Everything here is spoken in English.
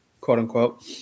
quote-unquote